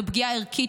זו פגיעה ערכית,